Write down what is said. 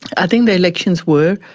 i think the elections were,